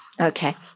Okay